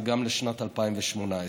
וגם לשנת 2018,